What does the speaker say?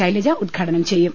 ശൈലജ ഉദ്ഘാട്ടനം ചെയ്യും